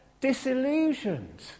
disillusioned